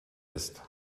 ist